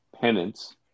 Penance